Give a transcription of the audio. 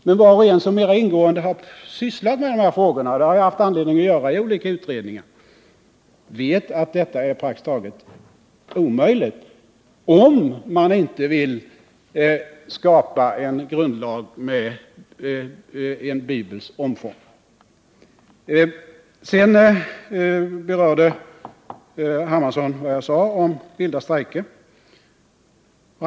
Men var och en som mer ingående har sysslat med dessa frågor — och det har jag haft anledning att göra i olika utredningar — vet att det är praktiskt taget omöjligt, om man inte vill skapa en grundlag med en bibels omfång. C.-H. Hermansson berörde vad jag sade om vilda strejker.